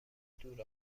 دور